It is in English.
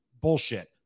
bullshit